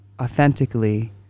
authentically